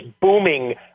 booming